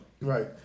right